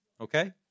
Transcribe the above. Okay